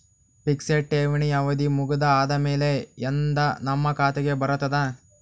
Fixed ಠೇವಣಿ ಅವಧಿ ಮುಗದ ಆದಮೇಲೆ ಎಂದ ನಮ್ಮ ಖಾತೆಗೆ ಬರತದ?